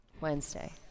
Wednesday